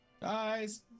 Guys